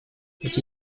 эти